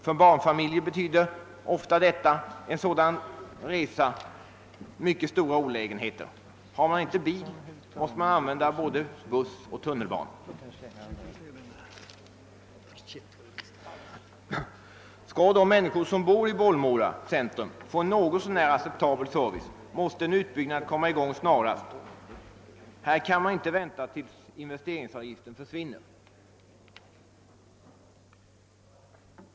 För barnfamiljerna betyder en så lång resa ofta mycket stora olägenheter — har man inte bil måste man använda både buss och tunnelbana. Skall de människor som bor i Bollmora centrum få en något så när acceptabel service måste en utbyggnad komma i gång snarast. Här kan man inte vänta tills investeringsavgiften försvinner.